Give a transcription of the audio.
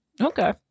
okay